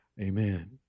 Amen